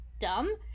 dumb